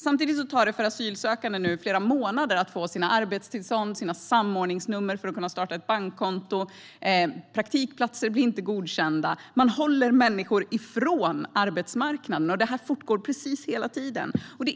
Samtidigt tar det nu flera månader för asylsökande att få sina arbetstillstånd och sina samordningsnummer för att kunna starta ett bankkonto, och praktikplatser blir inte godkända. Man håller människor från arbetsmarknaden, och det fortgår precis hela tiden.